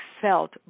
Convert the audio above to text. felt